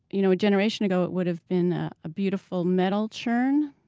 you know a generation ago, it would have been ah a beautiful metal churn.